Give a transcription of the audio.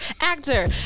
actor